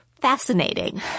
fascinating